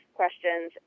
questions